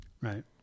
Right